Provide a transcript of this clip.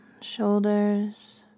shoulders